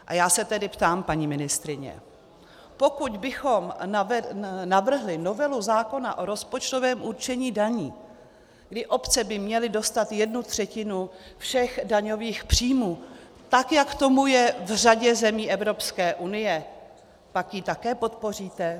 A já se tedy ptám, paní ministryně, pokud bychom navrhli novelu zákona o rozpočtovém určení daní, kdy obce by měly dostat jednu třetinu všech daňových příjmů, tak jak tomu je v řadě zemí Evropské unie, pak ji také podpoříte?